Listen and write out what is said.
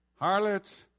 harlots